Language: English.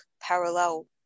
parallel